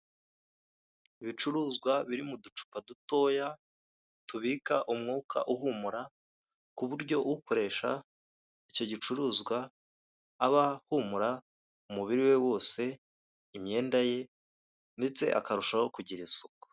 Ibicuruzwa biri mu ducupa dutoya, tubika umwuka uhumura, ku buryo ukoresha icyo gicuruzwa aba ahumura umubiri we wose imyenda ye ndetse akarushaho kugira isuku.